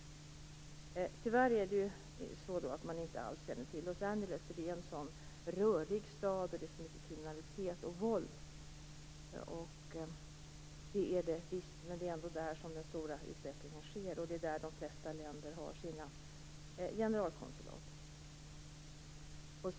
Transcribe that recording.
Tyvärr känner man inte alls till Los Angeles. Bilden av Los Angeles är att det är en rörig stad med mycket kriminalitet och våld. Så är det visst, men det är ändå där som den stora utvecklingen sker, och det är där de flesta länder har sina generalkonsulat.